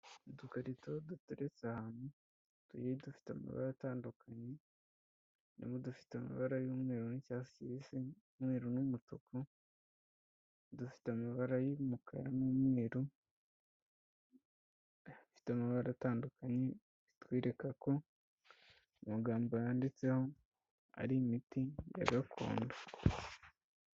Udukarito duteretse ahantu, tugiye dufite amabara atandukanye. Harimo udufite amabara y'umweru n'icyatsi kibisi, umweru n'umutuku, dufite amabara y'umukara n'umweru, ifite amabara atandukanye. Bitwereka ko magambo yanditseho ari imiti ya gakondo.